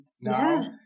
now